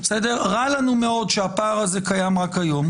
רע לנו מאוד שהפער הזה קיים גם היום,